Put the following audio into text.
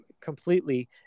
completely